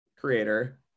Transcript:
creator